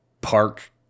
Park